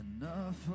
enough